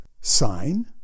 sign